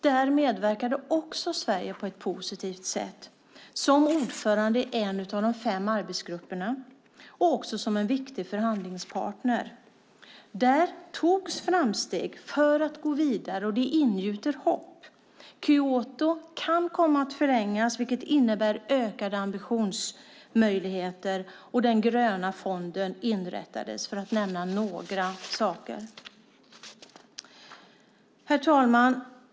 Där medverkade Sverige också på ett positivt sätt som ordförande i en av de fem arbetsgrupperna och också som en viktig förhandlingspartner. Där togs steg för att gå vidare, och det ingjuter hopp. Kyoto kan komma att förlängas, vilket innebär ökade ambitionsmöjligheter, och den gröna fonden inrättades - för att nämna några saker. Herr talman!